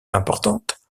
importante